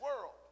world